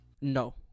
No